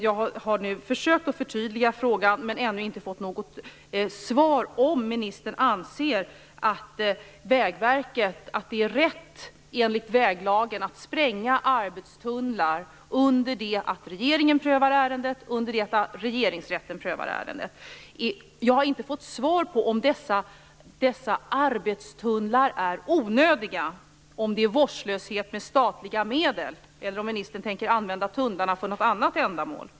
Jag har försökt förtydliga frågan men ännu inte fått något svar på frågan om ministern anser att det är rätt enligt väglagen att spränga arbetstunnlar under det att regeringen och Regeringsrätten prövar ärendet. Jag har inte fått svar på frågan om dessa arbetstunnlar är onödiga, om det är vårdslöshet med statliga medel eller om ministern tänker använda tunnlarna för något annat ändamål.